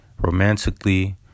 romantically